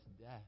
death